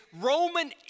Roman